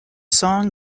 song